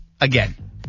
again